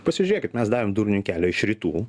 pasižiūrėkit mes davėm durniui kelią iš rytų